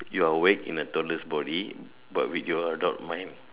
you're awake in a toddler's body but with your adult mind